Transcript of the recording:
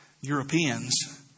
Europeans